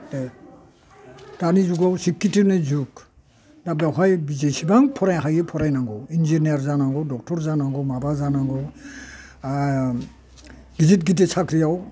दानि जुगाव सिक्खित्व'नि जुग दा बेवहाय जेसेबां फरायनो हायो फरायनांगौ इन्जिनियार जानांगौ डक्ट'र जानांगौ माबा जानांगौ गिदिर गिदिर साख्रियाव